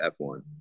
F1